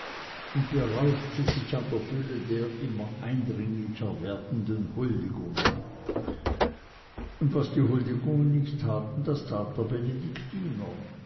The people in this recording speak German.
und berauschte sich in der fülle der ihr immer eindringlicher zuteil werdenden huldigungen und was die huldigungen nicht taten das tat der benediktiner